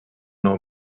nou